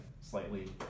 slightly